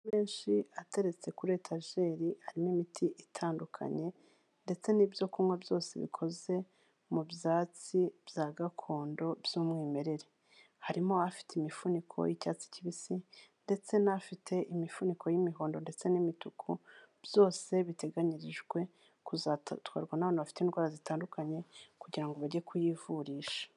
Menshi ateretse kuri etageri harimo imiti itandukanye, ndetse n'ibyo kunywa byose bikoze mu byatsi bya gakondo by'umwimerere. Harimo afite imifuniko y'icyatsi kibisi ndetse n'afite imifuniko y'imihondo ndetse n'imituku byose biteganyirijwe kuzatwarwa n'abantu bafite indwara zitandukanye kugira ngo bajye kuyivurisha.